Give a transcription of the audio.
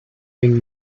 ging